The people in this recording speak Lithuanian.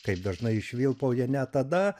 kaip dažnai švilpauja net tada